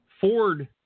Ford